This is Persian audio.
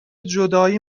جدایی